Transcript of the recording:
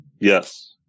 yes